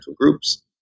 groups